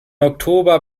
oktober